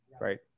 right